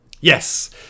yes